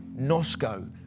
Nosco